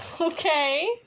Okay